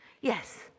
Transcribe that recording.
Yes